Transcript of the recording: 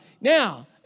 now